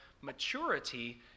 maturity